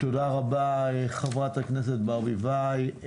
תודה רבה, חברת הכנסת ברביבאי.